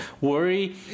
Worry